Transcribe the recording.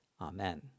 Amen